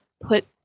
put